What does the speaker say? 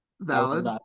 Valid